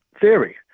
theory